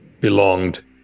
belonged